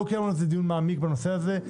לא קיימנו דיון מעמיק בנושא הזה.